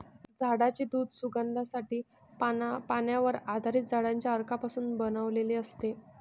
झाडांचे दूध सुगंधासाठी, पाण्यावर आधारित झाडांच्या अर्कापासून बनवलेले असते